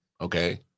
okay